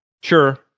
sure